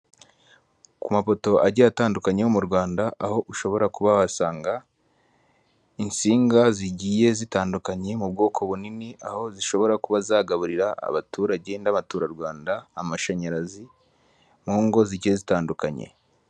Ku mapoto agiye atandukanye yo mu Rwanda aho ushobora kuba wasanga insinga zigiye zitandukanye mu bwoko bunini, aho zishobora kuba zagaburira abaturage n'abaturarwanda amashanyarazi mu ngo zigiye zitandukanye.